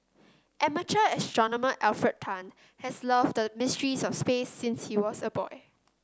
amateur astronomer Alfred Tan has loved the mysteries of space since he was a boy